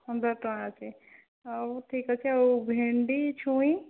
ପନ୍ଦର ଟଙ୍କା ଅଛି ହଉ ଠିକ୍ ଅଛି ଆଉ ଭେଣ୍ଡି ଛୁଇଁ